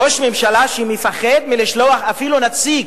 ראש ממשלה שמפחד מלשלוח אפילו נציג,